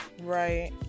right